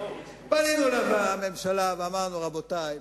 פנינו לממשלה ואמרנו: רבותי,